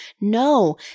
No